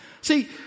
See